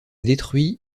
détruit